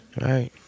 Right